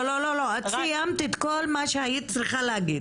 לא את סיימת את כל מה שהיית צריכה להגיד